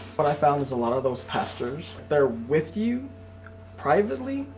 but i found was a lot of those pastors, they're with you privately,